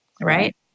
right